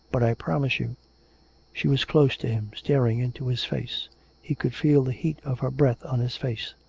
but i promise you she was close to him, staring into his face he could feel the heat of her breath on his face.